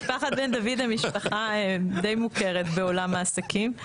משפחת בן דוד היא משפחה די מוכרת בעולם העסקים.